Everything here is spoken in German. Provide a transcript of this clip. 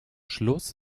schluss